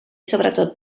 sobretot